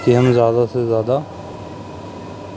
کہ ہم زیادہ سے زیادہ